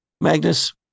Magnus